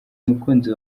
umukunzi